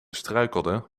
struikelde